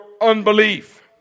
unbelief